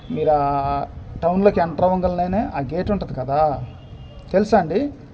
మీరు ఆ టౌన్లోకి ఎంటర్ అవ్వగానే ఆ గేట్ ఉంటుంది కదా తెలుసా అండి